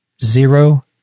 zero